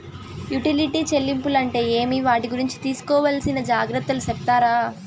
Utility చెల్లింపులు అంటే ఏమి? వాటి గురించి తీసుకోవాల్సిన జాగ్రత్తలు సెప్తారా?